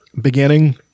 beginning